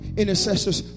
intercessors